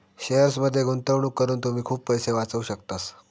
शेअर्समध्ये गुंतवणूक करून तुम्ही खूप पैसे वाचवू शकतास